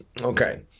Okay